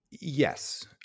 Yes